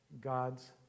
God's